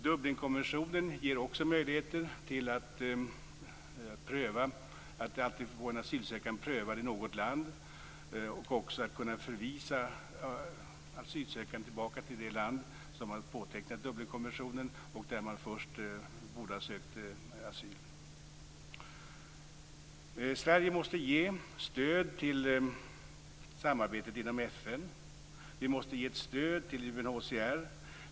Dublinkonventionen ger också möjligheter för en asylsökande att alltid få asylsökan prövad i något land. Man kan också förvisa en asylsökande tillbaka till det land där vederbörande först borde ha sökt asyl om detta land har undertecknat Dublinkonventionen. Sverige måste ge stöd till samarbetet inom FN. Vi måste ge ett stöd till UNHCR.